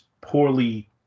poorly